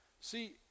See